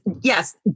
yes